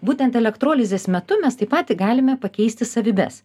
būtent elektrolizės metu mes taip pat galime pakeisti savybes